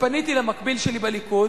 פניתי אז למקביל שלי בליכוד,